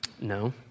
No